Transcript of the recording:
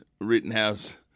Rittenhouse